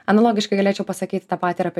analogiškai galėčiau pasakyti tą patį apie